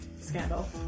Scandal